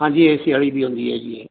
ਹਾਂਜੀ ਏਸੀ ਵਾਲੀ ਵੀ ਹੁੰਦੀ ਹੈ ਜੀ